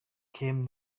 came